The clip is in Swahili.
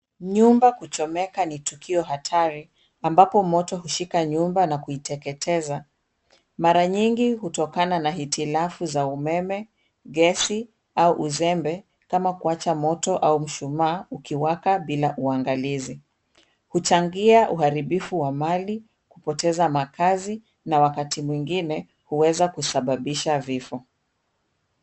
Nyumba kuchomeka ni tukio hatari ambapo moto hushika nyumba na kuiteketeza. Mara nyingi hutokana na hitilafu za umeme, gesi au uzembe kama kuacha moto au mshumaa ukiwaka bila uangalizi. Huchangia uharibifu wa mali, kupoteza makazi na wakati mwingine huweza kusababisha vifo.